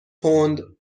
پوند